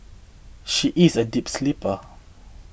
she is a deep sleeper